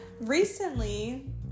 recently